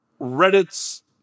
reddit's